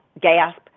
gasp